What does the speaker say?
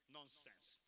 Nonsense